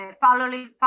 following